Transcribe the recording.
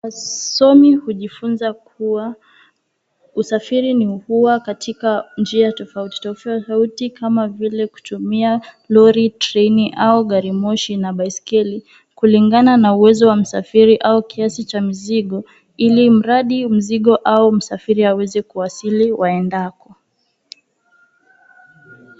Wasomi hujifunza kuwa usafiri ni hua katika njia tofauti tofauti kama vile kutumia lorri, treni, au gari moshi na baiskeli kulingana na uwezo wa msafiri au kiasi cha mzigo ili mradi mzigo au msafiri aweze kuwasili waendako.